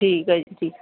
ਠੀਕ ਆ ਜੀ ਠੀਕ